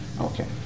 Okay